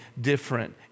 different